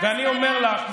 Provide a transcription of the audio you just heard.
ואני אומר לך,